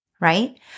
right